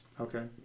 Okay